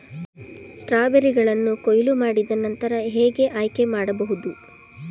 ಸ್ಟ್ರಾಬೆರಿಗಳನ್ನು ಕೊಯ್ಲು ಮಾಡಿದ ನಂತರ ಹೇಗೆ ಆಯ್ಕೆ ಮಾಡಬಹುದು?